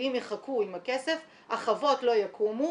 המשקיעים יחכו עם הכסף, החוות לא יקומו